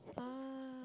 ah